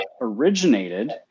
originated